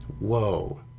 whoa